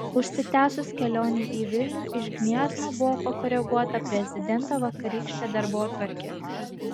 užsitęsus kelionei į vilnių iš gniezno buvo pakoreguota prezidento vakarykštė darbotvarkė